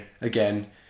Again